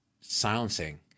silencing